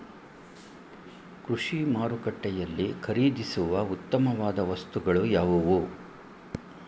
ಕೃಷಿ ಮಾರುಕಟ್ಟೆಯಲ್ಲಿ ಖರೀದಿಸುವ ಉತ್ತಮವಾದ ವಸ್ತುಗಳು ಯಾವುವು?